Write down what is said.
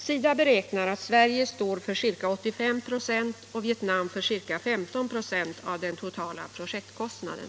SIDA beräknar att Sverige står för ca 85 HA och Vietnam för ca 15 946 av den totala projektkostnaden.